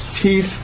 teeth